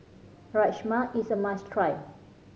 rajma is a must try